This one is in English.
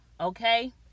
okay